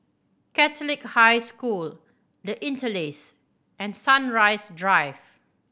Catholic High School The Interlace and Sunrise Drive